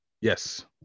Yes